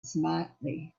smartly